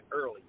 early